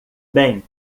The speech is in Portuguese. bem